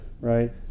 right